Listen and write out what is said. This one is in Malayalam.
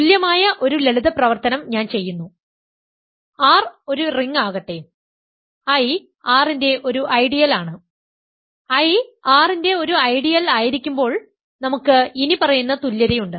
തുല്യമായ ഒരു ലളിത പ്രവർത്തനം ഞാൻ ചെയ്യുന്നു R ഒരു റിങ് ആകട്ടെ I R ന്റെ ഒരു ഐഡിയൽ ആണ് I R ന്റെ ഒരു ഐഡിയൽ ആയിരിക്കുമ്പോൾ നമുക്ക് ഇനിപ്പറയുന്ന തുല്യതയുണ്ട്